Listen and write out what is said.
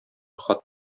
хат